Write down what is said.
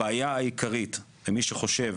הבעיה העיקרית היא שמי שחושב